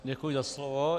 Děkuji za slovo.